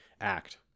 act